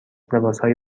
لباسهای